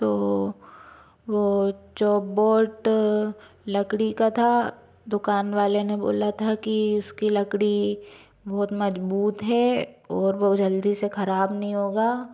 तो वह chop board लकड़ी का था दुकान वाले ने बोला था कि उसकी लकड़ी बहुत मजबूत है और वह जल्दी से ख़राब नहीं होगा